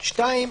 (2)